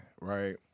right